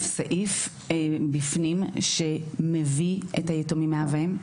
סעיף בפנים שמביא את היתומים מאב ואם,